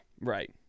Right